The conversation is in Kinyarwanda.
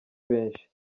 benshi